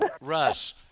Russ